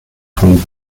von